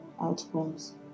outcomes